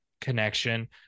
connection